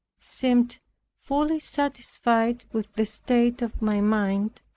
seemed fully satisfied with the state of my mind.